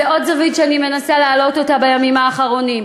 זאת עוד זווית שאני מנסה להעלות בימים האחרונים.